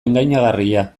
engainagarria